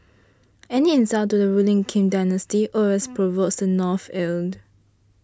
any insult to the ruling Kim dynasty always provokes the North's ire